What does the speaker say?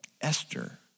Esther